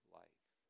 life